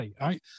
right